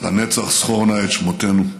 לנצח זכור נא את שמותינו".